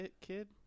kid